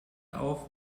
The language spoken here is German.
auf